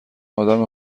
آدم